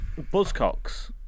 Buzzcocks